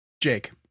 Jake